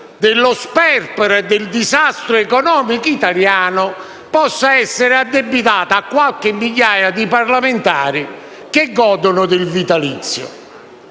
dello sperpero e del disastro economico italiano possa essere addebitato a qualche migliaia di parlamentari che godono del vitalizio.